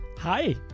Hi